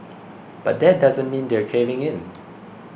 but that doesn't mean they're caving in